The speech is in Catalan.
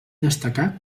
destacà